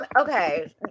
okay